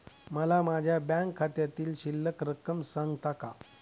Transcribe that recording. मला माझ्या बँक खात्यातील शिल्लक रक्कम सांगता का?